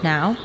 Now